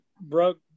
broke